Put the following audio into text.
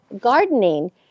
gardening